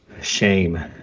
Shame